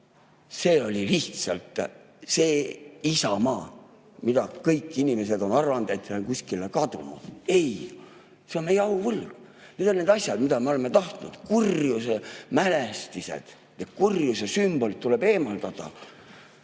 oli lihtsalt see isamaa, mida kõik inimesed on arvanud, et see on kuskile kadunud. Ei. See on meie auvõlg. Need on need asjad, mida me oleme tahtnud. Kurjuse mälestised ja kurjuse sümbolid tuleb eemaldada.